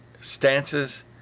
stances